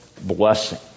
blessing